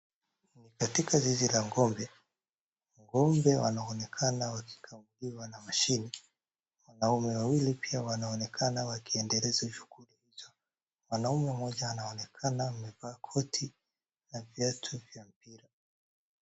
Katika zizi la ng'ombe, ng'ombe wanaonekana wakikamuliwa na machine wanaume wawili pia wakiendeleza shughuli. Mwanaume mmoja anaonekana amevaa koti na viatu vya mpira.